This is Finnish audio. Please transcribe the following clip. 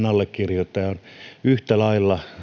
allekirjoittaja on yhtä lailla